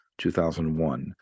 2001